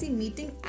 meeting